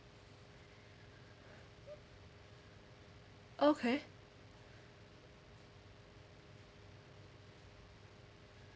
okay